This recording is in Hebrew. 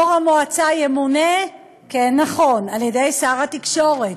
יו"ר המועצה ימונה, כן, נכון, על-ידי שר התקשורת,